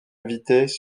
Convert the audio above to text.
invités